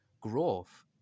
growth